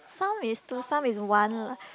some is two some is one